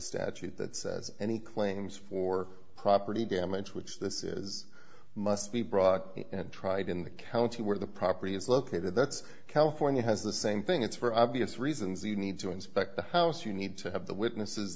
statute that says any claims for property damage which this is must be brought and tried in the county where the property is located that's california has the same thing it's for obvious reasons you need to inspect the house you need to have the witnesses